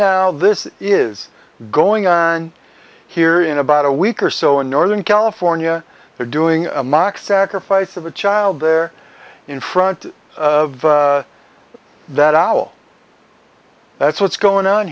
now this is going on here in about a week or so in northern california they're doing a mock sacrifice of a child there in front of that ol that's what's going on